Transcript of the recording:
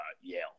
Yale